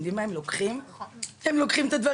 בתוך כל